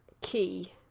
key